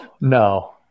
No